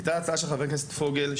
הייתה הצעה של חבר הכנסת פוגל,